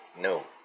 no